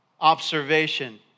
observation